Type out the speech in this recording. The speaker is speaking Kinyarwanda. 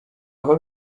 aho